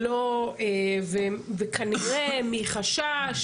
כנראה מחשש,